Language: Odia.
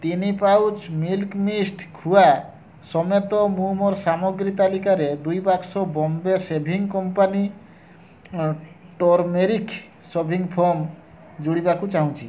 ତିନି ପାଉଚ୍ ମିଲ୍କି ମିଷ୍ଟ୍ ଖୁଆ ସମେତ ମୁଁ ମୋର ସାମଗ୍ରୀ ତାଲିକାରେ ଦୁଇ ବାକ୍ସ Bombay shaving company turmeric shaving foam ଯୋଡ଼ିବାକୁ ଚାହୁଁଛି